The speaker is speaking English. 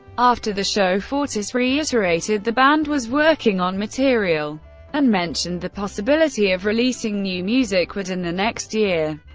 after the show, fortus reiterated the band was working on material and mentioned the possibility of releasing new music within the next year.